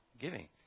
giving